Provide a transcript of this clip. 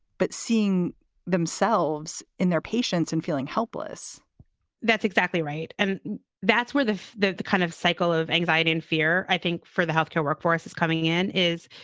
but seeing themselves in their patients and feeling helpless that's exactly right. and that's where the the kind of cycle of anxiety and fear, i think, for the health care workforce is coming in is,